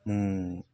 ମୁଁ